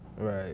Right